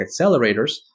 Accelerators